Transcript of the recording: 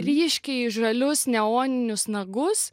ryškiai žalius neoninius nagus